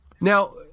Now